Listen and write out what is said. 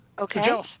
Okay